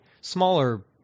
smaller